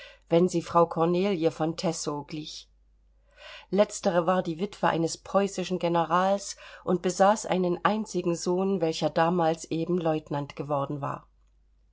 wenn sie frau kornelie von tessow glich letztere war die witwe eines preußischen generals und besaß einen einzigen sohn welcher damals eben lieutenant geworden war